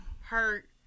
hurt